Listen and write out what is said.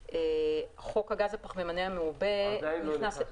חוק הגז הפחמימני המעובה --- עדיין לא נכנס לתוקף.